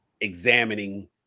examining